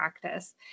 practice